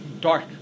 dark